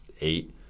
eight